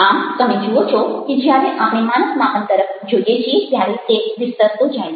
આમ તમે જુઓ છો કે જ્યારે આપણે માનસ માપન તરફ જોઈએ છીએ ત્યારે તે વિસ્તરતો જાય છે